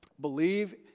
Believe